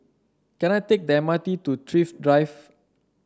can I take the M R T to Thrift Drive